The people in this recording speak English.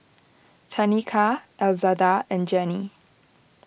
Tanika Elzada and Janey